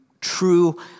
true